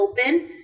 open